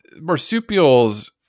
marsupials